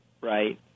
right